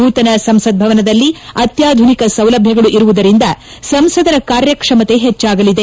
ನೂತನ ಸಂಸತ್ ಭವನದಲ್ಲಿ ಅತ್ಯಾಧುನಿಕ ಸೌಲಭ್ಯಗಳು ಇರುವುದರಿಂದ ಸಂಸದರ ಕಾರ್ಯಕ್ಷಮತೆ ಹೆಚ್ಚಾಗಲಿದೆ